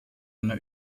einer